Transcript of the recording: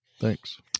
thanks